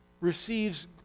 receives